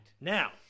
Now